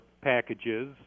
packages